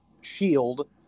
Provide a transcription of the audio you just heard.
shield